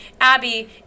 Abby